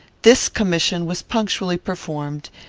this commission was punctually performed,